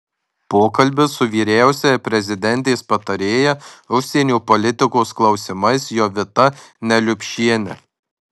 pokalbis su vyriausiąja prezidentės patarėja užsienio politikos klausimais jovita neliupšiene